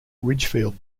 ridgefield